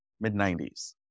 mid-90s